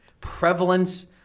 prevalence